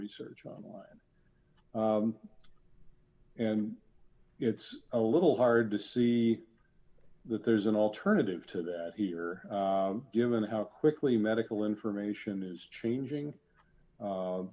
research online and it's a little hard to see that there's an alternative to that here given how quickly medical information is changing